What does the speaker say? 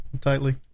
tightly